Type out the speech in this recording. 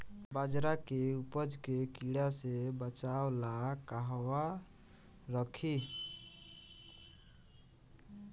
बाजरा के उपज के कीड़ा से बचाव ला कहवा रखीं?